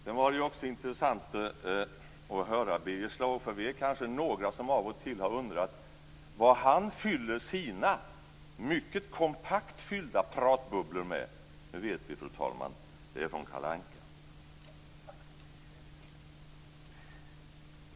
Det var också intressant att höra Birger Schlaug. Vi är kanske några som av och till har undrat vad han fyller sina mycket kompakt fyllda pratbubblor med. Nu vet vi, fru talman! Det är från Kalle Anka.